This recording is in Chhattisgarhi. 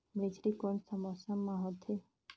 मेझरी कोन सा मौसम मां होथे?